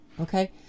Okay